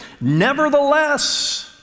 Nevertheless